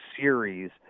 series